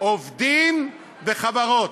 עובדים וחברות.